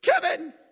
Kevin